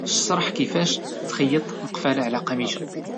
اشرح كيفاش تخيط مقفالة على قاميجا.